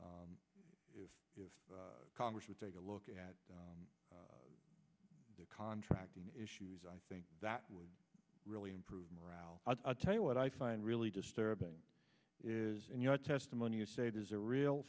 if congress would take a look at the contracting issues i think that would really improve morale i'll tell you what i find really disturbing is in your testimony you say there's a real